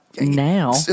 now